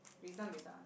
this one later ah